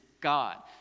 God